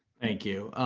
thank you.